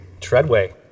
Treadway